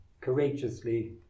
courageously